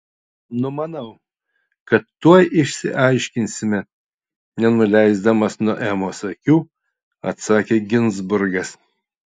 numanau kad tuoj išsiaiškinsime nenuleisdamas nuo emos akių atsakė ginzburgas